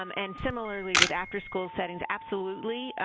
um and similarly, with after school settings, absolutely.